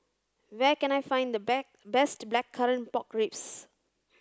where can I find the best blackcurrant pork ribs